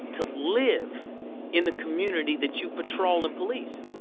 to live in the community that you patrol and police.